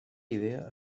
idea